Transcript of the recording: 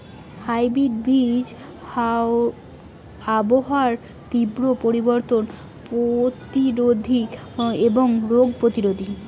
hybrid বীজ আবহাওয়ার তীব্র পরিবর্তন প্রতিরোধী এবং রোগ প্রতিরোধী